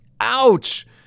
Ouch